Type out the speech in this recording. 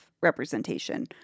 representation